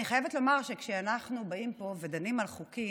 אני חייבת לומר שכשאנחנו באים פה ודנים על חוקים